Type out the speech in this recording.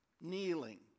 kneeling